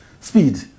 speed